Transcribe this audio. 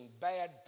bad